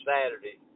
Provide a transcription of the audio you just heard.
Saturday